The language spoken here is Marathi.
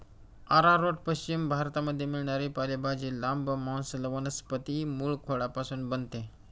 आरारोट पश्चिम भारतामध्ये मिळणारी पालेभाजी, लांब, मांसल वनस्पती मूळखोडापासून बनते